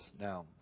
Now